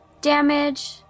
damage